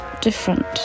different